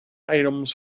items